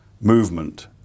movement